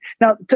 Now